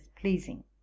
pleasing